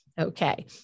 Okay